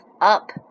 up